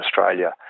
Australia